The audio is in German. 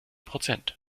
prozent